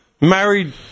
Married